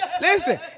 listen